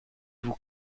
vous